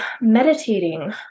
meditating